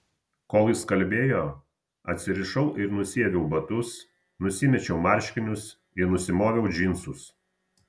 kol jis kalbėjo atsirišau ir nusiaviau batus nusimečiau marškinius ir nusimoviau džinsus